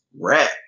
Rap